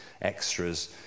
extras